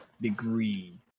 degree